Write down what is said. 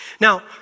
Now